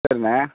சரிண்ணா